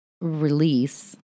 release